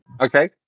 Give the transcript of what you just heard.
Okay